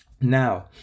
Now